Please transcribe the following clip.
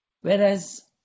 Whereas